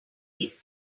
these